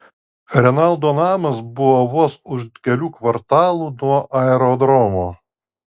renaldo namas buvo vos už kelių kvartalų nuo aerodromo